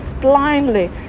blindly